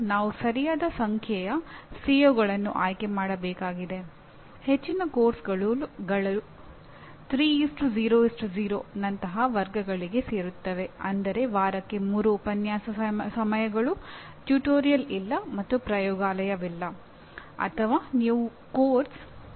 ನಾವು ಮೊದಲ ಘಟಕದಲ್ಲಿ ಹೇಳಿದಂತೆ "ಶಿಕ್ಷಣ" ಮತ್ತು "ಬೋಧನೆ" ವಿಶೇಷವಾಗಿ ಶಿಕ್ಷಕರಿಗೆ ಪರಿಚಿತ ಪದಗಳಾಗಿವೆ ಏಕೆಂದರೆ ಅದು ಅವರ ವೃತ್ತಿಯಾಗಿದೆ